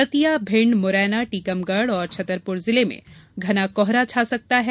दतिया भिंड मुरैना टीकमगढ़ और छतरपुर जिले में घना कोहरा छा सकता है